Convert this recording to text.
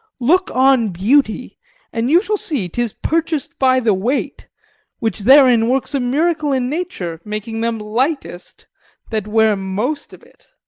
look on beauty and you shall see tis purchas'd by the weight which therein works a miracle in nature, making them lightest that wear most of it